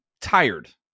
tired